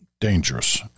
Dangerous